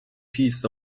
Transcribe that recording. pieces